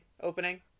opening